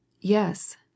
Yes